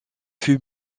fut